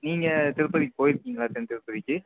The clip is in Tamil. நீங்கள் திருப்பதிக்கு போயிருக்கீங்களா தென்திருப்பதிக்கு